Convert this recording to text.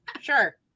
Sure